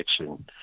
action